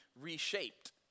reshaped